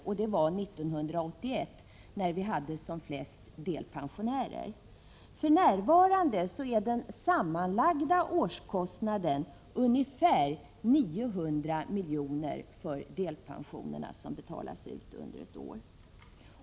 Det var 1981, när vi hade flest delpensionärer. För närvarande är den sammanlagda årskostnaden ungefär 900 milj.kr. för delpensionerna som betalas ut under ett år.